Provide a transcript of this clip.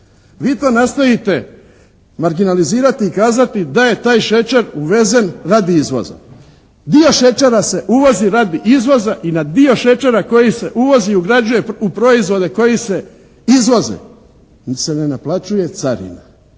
Vi to nastojite marginalizirati i kazati da je taj šećer uvezen radi izvoza. Dio šećera se uvozi radi izvoza i na dio šećera koji se uvozi ugrađuje u proizvode koji se izvoze, nit' se ne naplaćuje carina